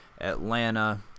Atlanta